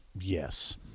Yes